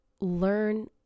learn